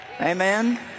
Amen